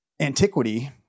antiquity